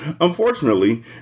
Unfortunately